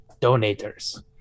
donators